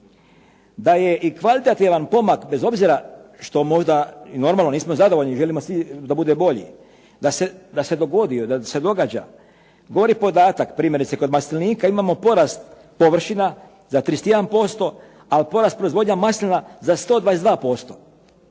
Da je kvalitativan pomak bez obzira što možda nismo normalno zadovoljni, želimo svi da bude bolji, da se dogodi i da se događa, govori podatak primjerice kod maslinika imamo porast površina za 31%, a porast proizvodnje maslina za 122%,